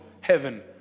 heaven